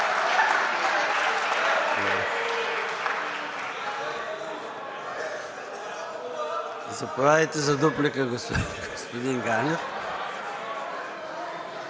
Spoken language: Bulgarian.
Заповядайте за дуплика, господин Ганев.